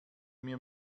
mir